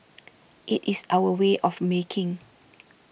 it is our way of making